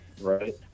right